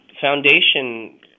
Foundation